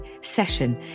session